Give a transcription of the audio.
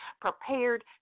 prepared